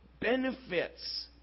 benefits